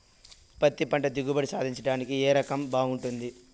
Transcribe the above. పత్తి పంట దిగుబడి సాధించడానికి ఏ రకం బాగుంటుంది?